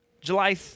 July